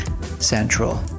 central